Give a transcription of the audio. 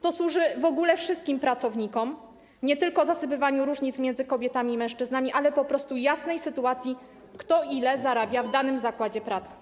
To służy w ogóle wszystkim pracownikom, nie tylko zasypywaniu różnic między kobietami i mężczyznami, ale po prostu jasnej sytuacji, kto ile zarabia w danym zakładzie pracy.